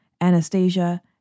Anastasia